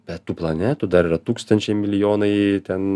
bet tų planetų dar yra tūkstančiai milijonai ten